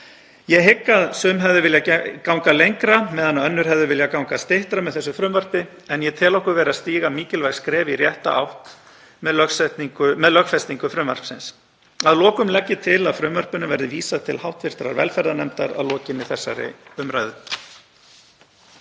Ég hygg að sum hefðu viljað ganga lengra meðan önnur hefðu viljað ganga styttra með þessu frumvarpi en ég tel okkur vera að stíga mikilvæg skref í rétta átt með lögfestingu frumvarpsins. Að lokum legg ég til að frumvarpinu verði vísað til hv. velferðarnefndar að lokinni þessari umræðu.